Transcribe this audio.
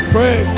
Pray